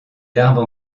l’arbre